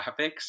graphics